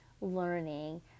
learning